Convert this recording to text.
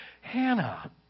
Hannah